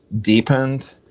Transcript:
deepened